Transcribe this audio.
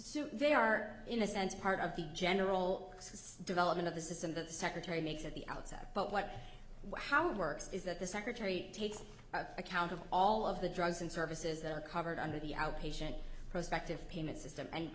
so they are in a sense part of the general development of the system that the secretary makes at the outset but what how it works is that the secretary takes account of all of the drugs and services that are covered under the outpatient prospect of payment system and